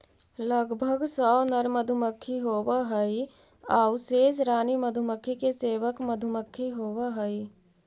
लगभग सौ नर मधुमक्खी होवऽ हइ आउ शेष रानी मधुमक्खी के सेवक मधुमक्खी होवऽ हइ